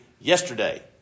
yesterday